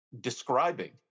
describing